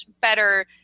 better